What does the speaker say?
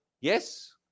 Yes